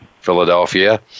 Philadelphia